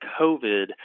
COVID